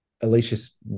Alicia's